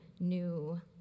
new